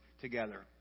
together